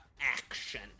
action